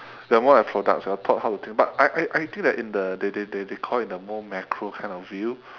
we are more like products we are taught how to think but I I think like in the they they they they call it in a more macro kind of view